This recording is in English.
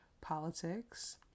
politics